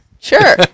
Sure